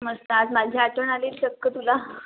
मस्त आज माझी आठवण आली चक्क तुला